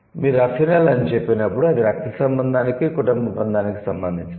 మీరు 'అఫినల్' అని చెప్పినప్పుడు అది రక్త సంబంధానికి కుటుంబ బంధానికి సంబంధించినది